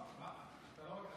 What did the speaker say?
הינה אני אומר: אני לא אוכל רבנות.